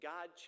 God